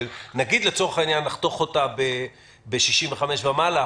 נגיד לצורך העניין שנחתוך אותה ב-65 ומעלה,